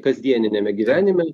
kasdieniniame gyvenime